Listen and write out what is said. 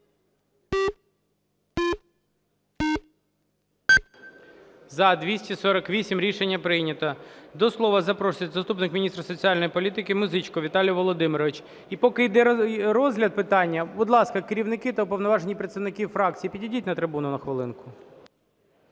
За-248 Рішення прийнято. До слова запрошується заступник міністра соціальної політики Музиченко Віталій Володимирович. І поки йде розгляд питання, будь ласка, керівники та уповноважені представники фракцій, підійдіть на трибуну на хвилинку.